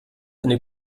eine